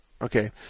Okay